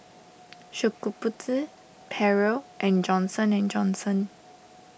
Shokubutsu Perrier and Johnson and Johnson